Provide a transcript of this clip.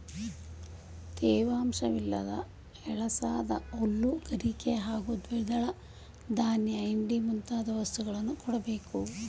ತೇವಾಂಶವಿಲ್ಲದ ಎಳಸಾದ ಹುಲ್ಲು ಗರಿಕೆ ಹಾಗೂ ದ್ವಿದಳ ಧಾನ್ಯ ಹಿಂಡಿ ಮುಂತಾದ ವಸ್ತುಗಳನ್ನು ಕೊಡ್ಬೇಕು